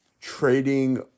trading